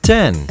Ten